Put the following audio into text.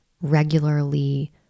regularly